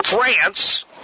France